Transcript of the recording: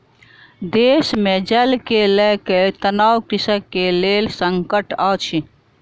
देश मे जल के लअ के तनाव कृषक के लेल संकट अछि